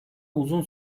uzun